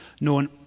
known